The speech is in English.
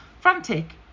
frantic